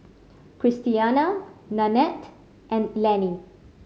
Christiana Nannette and Lannie